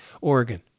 Oregon